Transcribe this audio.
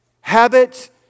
habits